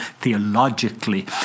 theologically